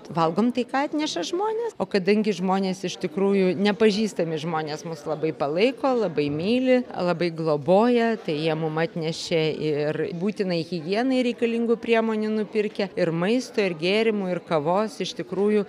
valgom tai ką atneša žmonės o kadangi žmonės iš tikrųjų nepažįstami žmonės mus labai palaiko labai myli labai globoja tai jie mum atnešė ir būtinai higienai reikalingų priemonių nupirkę ir maisto ir gėrimų ir kavos iš tikrųjų